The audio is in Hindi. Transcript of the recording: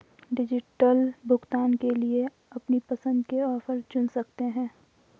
डिजिटल भुगतान के लिए अपनी पसंद के ऑफर चुन सकते है